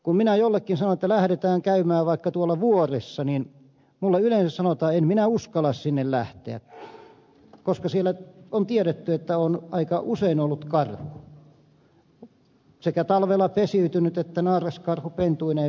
kun minä jollekin sanon että lähdetään käymään vaikka tuolla vuorissa niin minulle yleensä sanotaan en minä uskalla sinne lähteä koska on tiedetty että on aika usein ollut karhu sekä talvella pesiytynyt että naaraskarhu pentuineen viihtynyt